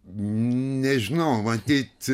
nežinau matyt